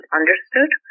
understood